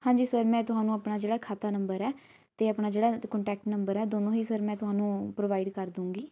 ਹਾਂਜੀ ਸਰ ਮੈਂ ਤੁਹਾਨੂੰ ਆਪਣਾ ਜਿਹੜਾ ਖਾਤਾ ਨੰਬਰ ਹੈ ਅਤੇ ਆਪਣਾ ਜਿਹੜਾ ਕੋਂਟੈਕਟ ਨੰਬਰ ਹੈ ਦੋਨੋਂ ਹੀ ਸਰ ਮੈਂ ਤੁਹਾਨੂੰ ਪ੍ਰੋਵਾਈਡ ਕਰ ਦੂੰਗੀ